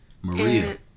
Maria